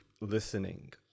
listening